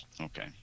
Okay